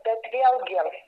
bet vėlgi